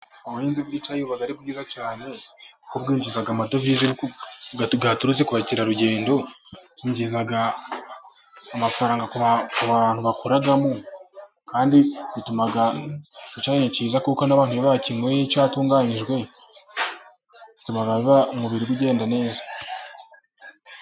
Ubuhinzi bw'icyayi buba ari bwiza cyane, kuko bwinjiza amadovize yaturutse ku bakerarugendo, bwinjiza amafaranga ku bantu bakoramo, icyayi ni cyiza kuko n'abantu iyo bakinweye cyatunganyijwe, bituma umubiri ugenda neza.